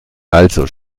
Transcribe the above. also